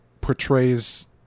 portrays